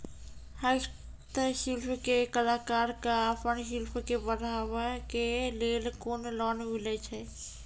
हस्तशिल्प के कलाकार कऽ आपन शिल्प के बढ़ावे के लेल कुन लोन मिलै छै?